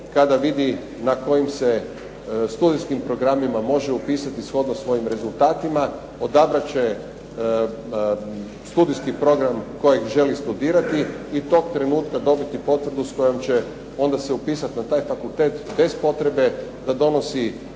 kada vidi na kojim se studijskim programima može upisati shodno svojim rezultatima, odabrat će studijski program kojeg želi studirati i tog trenutka dobiti potvrdu s kojom će onda se upisati na taj fakultet bez potrebe da donosi domovnicu,